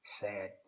Sad